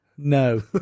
No